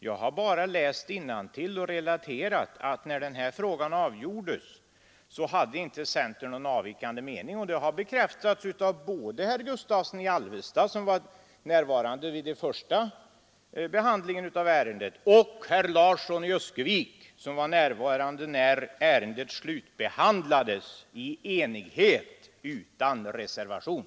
Jag läste bara innantill och uppdrag relaterade att centern när den här frågan avgjordes inte hade någon avvikande mening, och det har bekräftats både av herr Gustavsson i Alvesta, som var närvarande vid den första behandlingen av ärendet, och av herr Larsson i Öskevik, som var närvarande när ärendet slutbehandlades i enighet utan reservation.